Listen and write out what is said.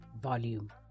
Volume